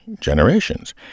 generations